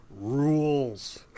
rules